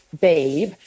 babe